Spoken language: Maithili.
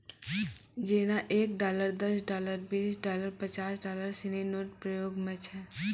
जेना एक डॉलर दस डॉलर बीस डॉलर पचास डॉलर सिनी नोट प्रयोग म छै